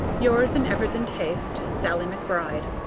yours in evident haste, sallie mcbride.